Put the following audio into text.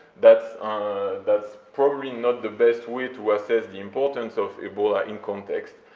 that's that's probably not the best way to assess the importance of ebola in context,